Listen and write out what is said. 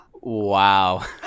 Wow